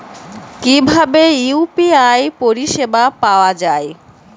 কিভাবে ইউ.পি.আই পরিসেবা পাওয়া য়ায়?